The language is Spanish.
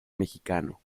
mexicano